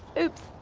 ooops.